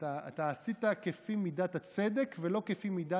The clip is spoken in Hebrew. אתה עשית כפי מידת הצדק ולא כפי מידת